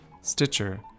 Stitcher